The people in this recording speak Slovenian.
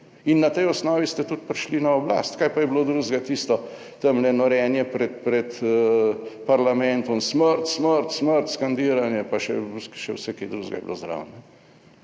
In na tej osnovi ste tudi prišli na oblast. Kaj pa je bilo drugega tisto tamle, norenje pred parlamentom: "Smrt, smrt, smrt... pa skandiranje, pa še vse kaj drugega je bilo zraven"-